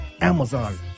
Amazon